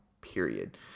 period